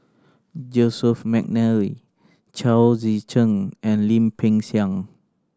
Joseph McNally Chao Tzee Cheng and Lim Peng Siang